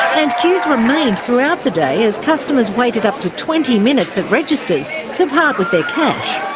and queues remained throughout the day as customers waited up to twenty minutes at registers to part with their cash.